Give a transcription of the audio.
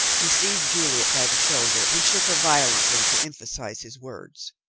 he seized juliet by the shoulder and shook her violently to emphasize his words.